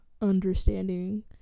understanding